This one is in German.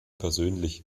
persönlich